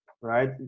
right